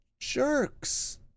jerks